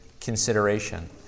consideration